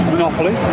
Monopoly